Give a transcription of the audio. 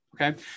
okay